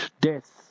death